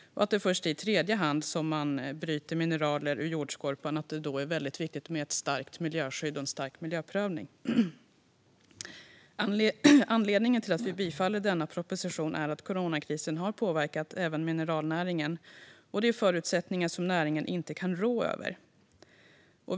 Det är först i tredje hand som man bryter mineral ur jordskorpan, och då är det mycket viktigt med ett starkt miljöskydd och en stark miljöprövning. Anledningen till att vi står bakom denna proposition är att coronakrisen har påverkat även mineralnäringen, och det är förutsättningar som näringen inte kan råda över.